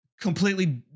completely